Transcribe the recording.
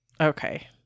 Okay